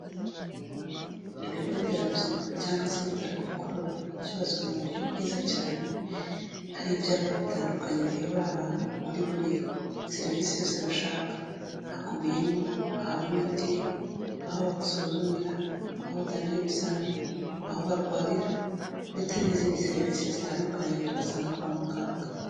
Ibigo nderabuzima cyangwa se ibitaro bikuru biba byubatswe mu buryo bwiza cyane, hari ibyapa bitandukanye biyobora abantu kuri buri serivisi yose bashaka hakubiyemo, ahaba imiti, aho basuzumira, aho batangira ibizami, aho barwarira ndetse n'izindi serivisi zitandukanye twasanga kwa muganga.